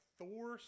Thor